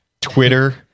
twitter